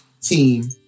team